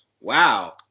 Wow